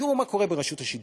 תראו מה קורה ברשות השידור.